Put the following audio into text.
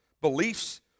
beliefs